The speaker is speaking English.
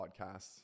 podcasts